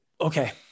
okay